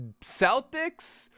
Celtics